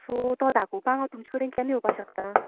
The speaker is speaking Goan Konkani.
सो तो दाखोवपाक तुमचे कडेन हांव केन्ना येवपाक शकता